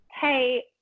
hey